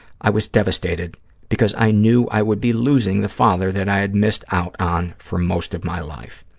i was devastated because i knew i would be losing the father that i had missed out on for most of my life.